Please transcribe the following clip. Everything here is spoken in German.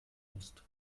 musst